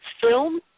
film